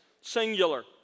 singular